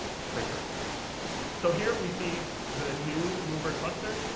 quicker so here we see the new mover cluster.